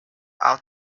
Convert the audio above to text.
are